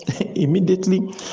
immediately